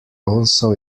also